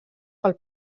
pel